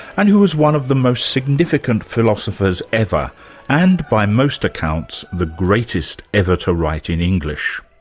and who was one of the most significant philosophers ever and, by most accounts, the greatest ever to write in english.